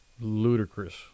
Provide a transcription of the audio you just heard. ludicrous